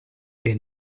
est